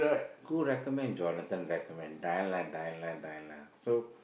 who recommend Jonathan recommend die lah die lah die lah so